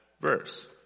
verse